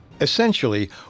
Essentially